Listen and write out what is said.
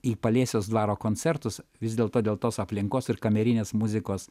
į paliesiaus dvaro koncertus vis dėlto dėl tos aplinkos ir kamerinės muzikos